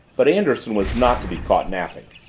but anderson was not to be caught napping.